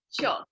sure